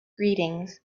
greetings